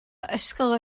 ysgol